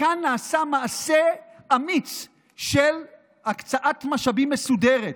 וכאן נעשה מעשה אמיץ של הקצאת משאבים מסודרת,